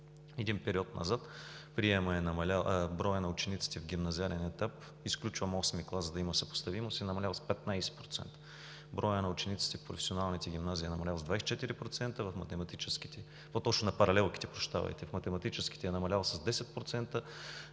Един период назад – броят на учениците в гимназиален етап, изключвам VIII клас, да има съпоставимост, е намалял с 15%, броят на учениците в професионалните гимназии е намалял с 24%, броят на паралелките в математическите е намалял с 10%,